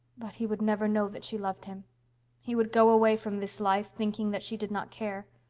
but he would never know that she loved him he would go away from this life thinking that she did not care.